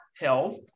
health